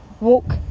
Walk